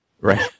Right